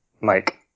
Mike